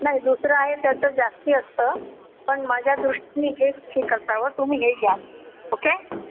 नाही दुसरं आहे त्याचं जास्त असतं पण माझ्या दृष्टीने हेच ठीक असावं तुम्ही हे घ्या ओके